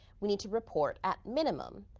we need to report, at minimum,